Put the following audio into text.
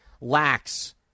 lacks